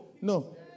No